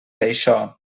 això